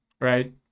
Right